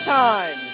time